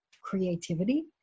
creativity